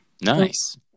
nice